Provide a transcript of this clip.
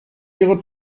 ihre